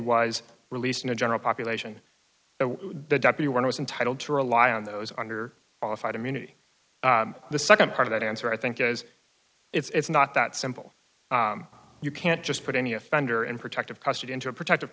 was released in the general population of the w one was entitled to rely on those under qualified immunity the second part of that answer i think is it's not that simple you can't just put any offender in protective custody into a protective